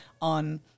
on